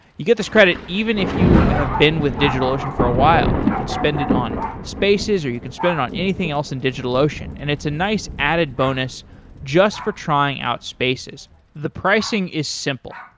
you get this credit, even if you have been with digitalocean for a while. you could spend it on spaces or you could spend it on anything else in digitalocean. and it's a nice added bonus just for trying out spaces the pricing is simple.